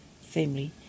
family